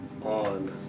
on